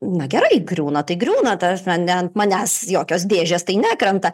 na gerai griūna tai griūna ta prasme ne ant manęs jokios dėžės tai nekrenta